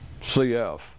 CF